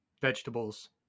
vegetables